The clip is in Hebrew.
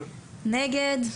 נגד?